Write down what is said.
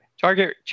Target